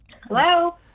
Hello